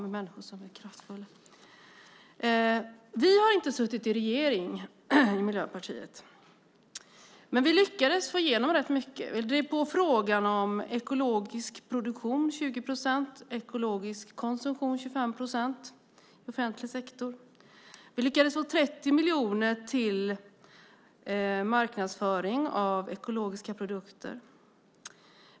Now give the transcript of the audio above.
Vi i Miljöpartiet har inte suttit i någon regering, men vi har lyckats få igenom rätt mycket, till exempel i frågan om ekologisk produktion, 20 procent, och ekologisk konsumtion, 25 procent i offentlig sektor. Vi lyckades få 30 miljoner till marknadsföring av ekologiska produkter.